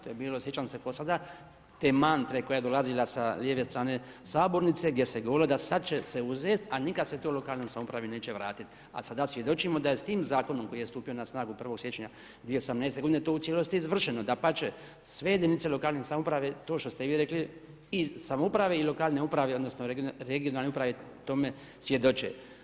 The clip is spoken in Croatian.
To je bilo sjećam se kao sad, demant koja je dolazila sa lijeve strane sabornice gdje se govorilo da sad će se uzet a nikad se to lokalnoj samoupravi neće vratiti a sada svjedočimo da je s tim zakonom koji je stupio na snagu 1. siječnja 2018. g. to u cijelosti izvršeno, dapače, sve jedinice lokalne samouprave, to što ste i vi rekli i samouprave i lokalne uprave odnosno regionalne uprave tome svjedoče.